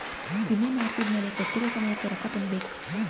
ವಿಮೆ ಮಾಡ್ಸಿದ್ಮೆಲೆ ಕೋಟ್ಟಿರೊ ಸಮಯಕ್ ರೊಕ್ಕ ತುಂಬ ಬೇಕ್